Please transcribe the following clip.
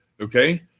okay